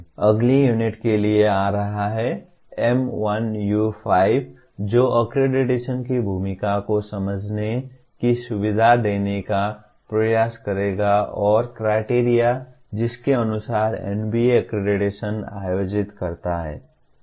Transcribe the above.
अगली यूनिट के लिए आ रहा है M1U5 जो अक्रेडिटेशन की भूमिका को समझने की सुविधा देने का प्रयास करेगा और क्राइटेरिया जिसके अनुसार NBA अक्रेडिटेशन आयोजित करता है